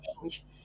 change